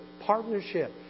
partnership